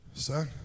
son